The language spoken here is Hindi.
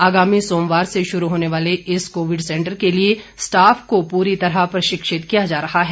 आगामी सोमवार से शुरू होने वाले इस कोविड सेंटर के लिए स्टाफ को पूरी तरह प्रशिक्षित किया जा रहा है